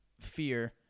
fear